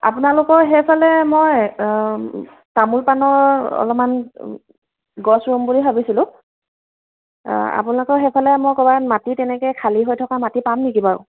আপোনালোকৰ সেইফালে মই তামোল পাণৰ অলপমান গছ ৰুম বুলি ভাবিছিলোঁ আ আপোনালোকৰ সেইফালে মোক ক'ৰবাত মাটি তেনেকৈ খালী হৈ থকা মাটি পাম নেকি বাৰু